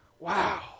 Wow